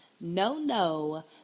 no-no